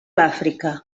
àfrica